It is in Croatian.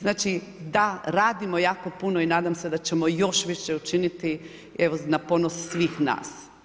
Znači da, radimo jako puno i nadam se da ćemo još više učiniti na ponos svih nas.